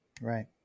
Right